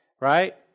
right